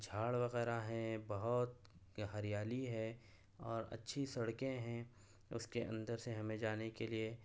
جھاڑ وغیرہ ہیں بہت کہ ہریالی ہے اور اچھی سڑکیں ہیں اس کے اندر سے ہمیں جانے کے لیے